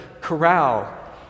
corral